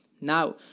Now